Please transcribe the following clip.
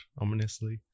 ominously